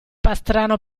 pastrano